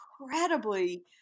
incredibly